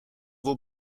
vos